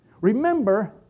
Remember